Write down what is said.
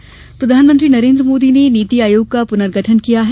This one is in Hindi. नीति आयोग प्रधानमंत्री नरेन्द्र मोदी ने नीति आयोग का पुनर्गठन किया है